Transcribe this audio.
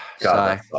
God